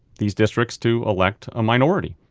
these districts to elect a minority.